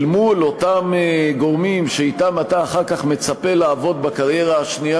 אל מול אותם גורמים שאתה מצפה לעבוד אתם אחר כך,